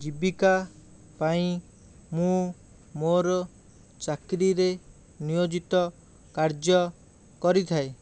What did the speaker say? ଜୀବିକା ପାଇଁ ମୁଁ ମୋର ଚାକିରିରେ ନିୟୋଜିତ କାର୍ଯ୍ୟ କରିଥାଏ